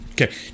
Okay